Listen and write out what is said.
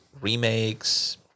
remakes